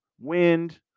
Wind